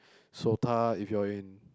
Sota if you're in